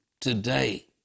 today